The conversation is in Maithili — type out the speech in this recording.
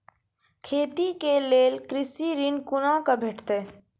खेती के लेल कृषि ऋण कुना के भेंटते?